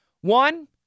one